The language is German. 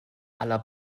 aller